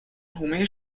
حومه